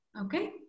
okay